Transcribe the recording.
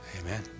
Amen